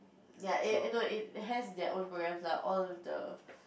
ya eh no it has their own programs lah all the